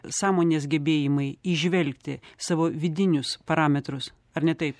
sąmonės gebėjimai įžvelgti savo vidinius parametrus ar ne taip